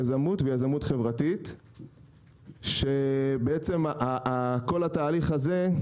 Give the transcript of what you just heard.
יזמות ויזמות חברתית כשבעצם כל התהליך הזה,